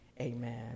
amen